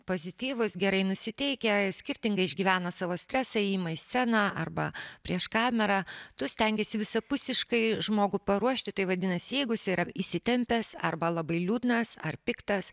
pozityvūs gerai nusiteikę skirtingai išgyvena savo stresą ėjimą į sceną arba prieš kamerą tu stengiesi visapusiškai žmogų paruošti tai vadinasi jeigu jis yra įsitempęs arba labai liūdnas ar piktas